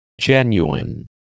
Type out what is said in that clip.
Genuine